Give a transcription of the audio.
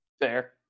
Fair